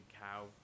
cow